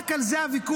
רק על זה הוויכוח.